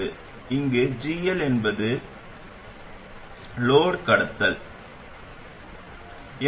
அந்த நிபந்தனையை நீங்கள் பூர்த்தி செய்திருந்தால் vo தோராயமாக viக்கு சமம்